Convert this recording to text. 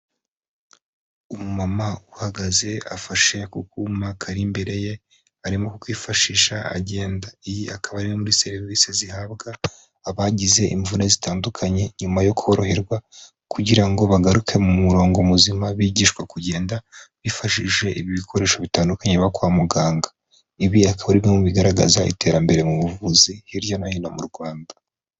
Umumama uhagaze afashe ku kuma kari imbere ye arimo kwifashisha agenda, iyi akaba ari muri serivisi zihabwa abagize imvune zitandukanye nyuma yo koroherwa kugira ngo bagaruke mu murongo muzima bigishwa kugenda bifashishije ibikoresho bitandukanye byo kwa muganga. Ibi akaba ari mu bigaragaza iterambere mu buvuzi hirya no hino mu Rwanda.